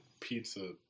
pizza